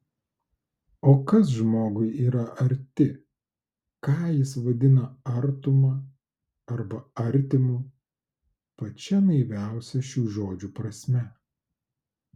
o kas žmogui yra arti ką jis vadina artuma arba artimu pačia naiviausia šių žodžių prasme